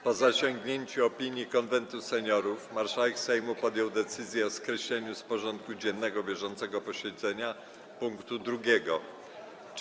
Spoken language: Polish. Po zasięgnięciu opinii Konwentu Seniorów marszałek Sejmu podjął decyzję o skreśleniu z porządku dziennego bieżącego posiedzenia punktu 2.